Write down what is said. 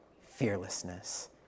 fearlessness